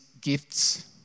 gifts